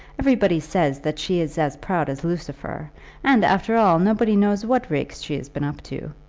everybody says that she is as proud as lucifer and, after all, nobody knows what rigs she has been up to.